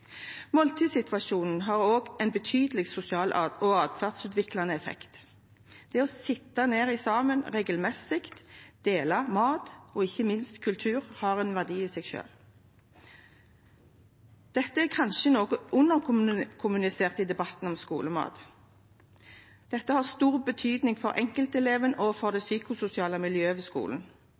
Måltidssituasjonen har også en betydelig sosial og adferdsutviklende effekt. Det å sitte ned sammen regelmessig og dele mat, og ikke minst kultur, har en verdi i seg selv. Dette er kanskje noe underkommunisert i debatten om skolemat. Dette har stor betydning for enkelteleven og for det psykososiale miljøet ved skolen.